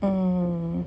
um